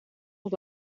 had